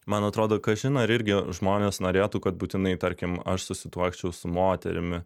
man atrodo kažin ar irgi žmonės norėtų kad būtinai tarkim aš susituokčiau su moterimi